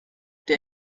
der